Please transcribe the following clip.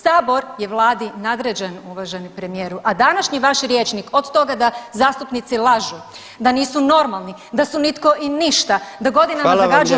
Sabor je vladi nadređen uvaženi premijeru, a današnji vaš rječnik od toga da zastupnici lažu, da nisu normalni, da su nitko i ništa, da godinama zagađuju